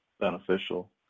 beneficial